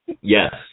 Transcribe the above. Yes